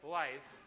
life